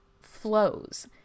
flows